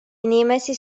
inimesi